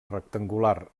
rectangular